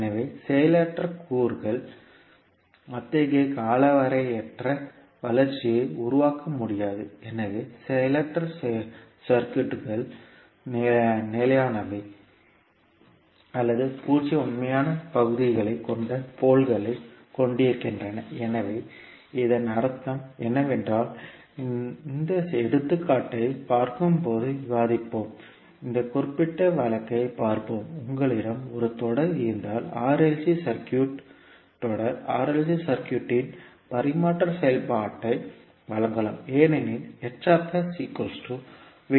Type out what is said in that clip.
எனவே செயலற்ற கூறுகள் அத்தகைய காலவரையற்ற வளர்ச்சியை உருவாக்க முடியாது எனவே செயலற்ற சர்க்யூட்கள் நிலையானவை அல்லது பூஜ்ஜிய உண்மையான பகுதிகளைக் கொண்ட போல்களைக் கொண்டிருக்கின்றன எனவே இதன் அர்த்தம் என்னவென்றால் இந்த எடுத்துக்காட்டைப் பார்க்கும்போது விவாதிப்போம் இந்த குறிப்பிட்ட வழக்கைப் பார்ப்போம் உங்களிடம் ஒரு தொடர் இருந்தால் RLC சர்க்யூட் தொடர் RLC சர்க்யூட்டின் பரிமாற்ற செயல்பாட்டை வழங்கலாம் ஏனெனில் H VoV